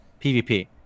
PvP